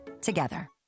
together